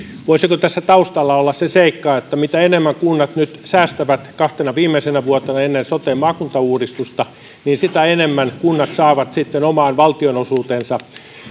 voisiko tässä taustalla olla se seikka että mitä enemmän kunnat nyt säästävät kahtena viimeisenä vuotena ennen soten maakuntauudistusta sitä enemmän kunnat saavat sitten omaan valtionosuutensa